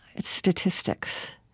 statistics